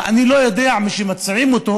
ומי שמציעים אותו,